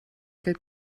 gilt